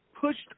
pushed